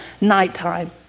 nighttime